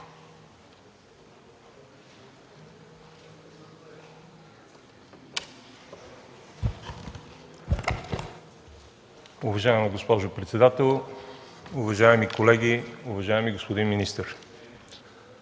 Уважаема госпожо председател, уважаеми колеги, уважаеми господин министър!